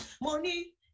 Money